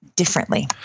differently